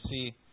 see